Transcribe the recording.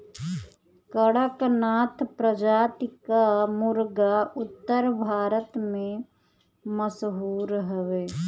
कड़कनाथ प्रजाति कअ मुर्गा उत्तर भारत में मशहूर हवे